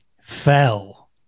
fell